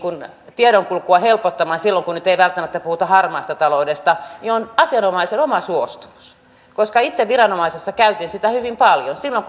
tiedonkulkua helpottamaan silloin kun nyt ei välttämättä puhuta harmaasta taloudesta on asianomaisen oma suostumus itse viranomaisena käytin sitä hyvin paljon silloin